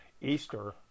Easter